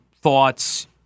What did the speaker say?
thoughts